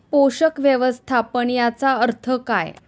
पोषक व्यवस्थापन याचा अर्थ काय?